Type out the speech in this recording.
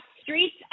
Streets